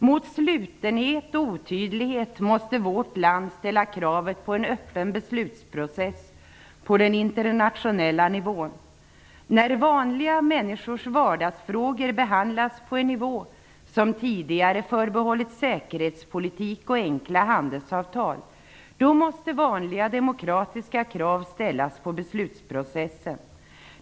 Mot slutenhet och otydlighet måste vårt land ställa kravet på en öppen beslutsprocess på den internationella nivån. När vanliga människors vardagsfrågor behandlas på en nivå som tidigare har förbehållits säkerhetspolitik och enkla handelsavtal måste vanliga demokratiska krav ställas på beslutsprocessen.